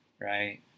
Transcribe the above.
right